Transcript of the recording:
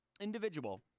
individual